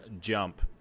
jump